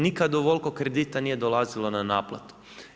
Nikad ovoliko kredita nije dolazilo na naplatu.